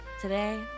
Today